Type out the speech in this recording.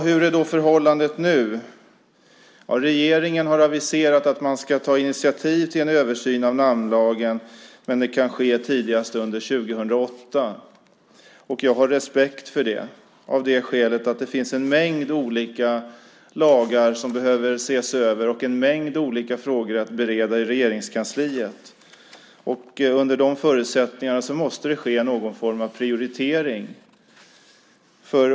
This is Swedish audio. Hur är då förhållandet nu? Regeringen har aviserat att man ska ta initiativ till en översyn av namnlagen, men det kan ske tidigast under 2008. Jag har respekt för det av det skälet att det finns en mängd olika lagar som behöver ses över och en mängd olika frågor att bereda i Regeringskansliet. Under de förutsättningarna måste det ske någon form av prioritering.